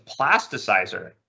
plasticizer